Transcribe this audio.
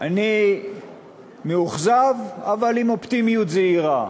אני מאוכזב, אבל עם אופטימיות זהירה.